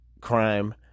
crime